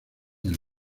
las